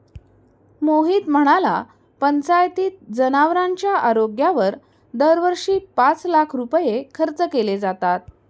मोहित म्हणाला, पंचायतीत जनावरांच्या आरोग्यावर दरवर्षी पाच लाख रुपये खर्च केले जातात